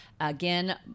Again